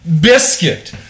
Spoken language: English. Biscuit